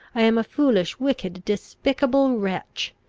i am a foolish, wicked, despicable wretch.